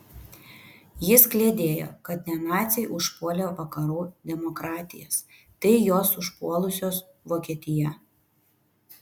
jis kliedėjo kad ne naciai užpuolė vakarų demokratijas tai jos užpuolusios vokietiją